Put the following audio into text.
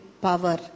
power